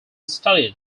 studied